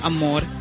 Amor